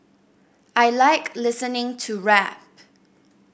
I like listening to rap